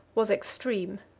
was extreme.